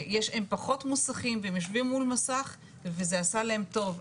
הם פחות מוסחים והם יושבים מול מסך וזה עשה להם טוב,